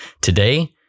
Today